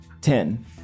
Ten